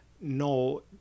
no